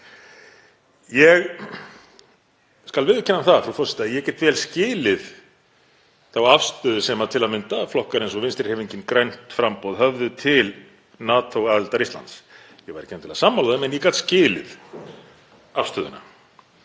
Ég skal viðurkenna það, frú forseti, að ég get vel skilið þá afstöðu sem til að mynda flokkar eins og Vinstrihreyfingin – grænt framboð höfðu til NATO-aðildar Íslands. Ég var ekki endilega sammála þeim en ég gat skilið afstöðuna.